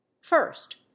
First